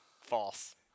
False